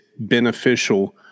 beneficial